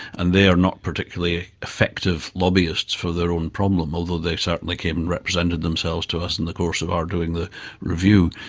and they are not particularly effective lobbyists for their own problem, although they certainly came and represented themselves to us in the course of our doing the review.